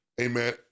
amen